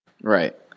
Right